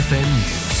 News